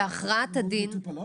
מה